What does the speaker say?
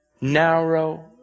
narrow